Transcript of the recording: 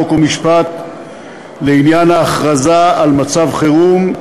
חוק ומשפט לעניין הכרזה על מצב חירום,